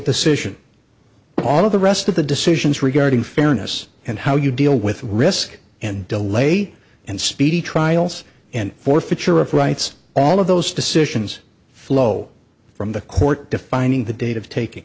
decision all of the rest of the decisions regarding fairness and how you deal with risk and delay and speedy trials and forfeiture of rights all of those decisions flow from the court defining the date of taking